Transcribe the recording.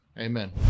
Amen